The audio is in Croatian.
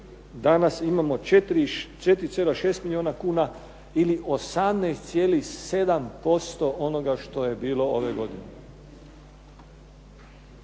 danas imamo 4,6 milijuna kuna ili 18,7% onoga što je bilo ove godine.